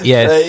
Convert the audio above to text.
Yes